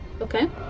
Okay